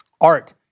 art